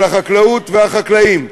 אבל החקלאות והחקלאים,